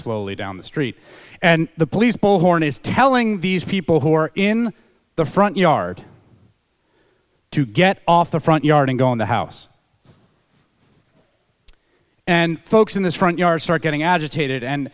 slowly down the street and the police bullhorn is telling these people who are in the front yard to get off the front yard and go in the house and folks in this front yard start getting agitated